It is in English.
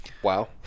Wow